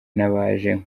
n’abaje